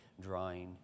drawing